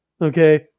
Okay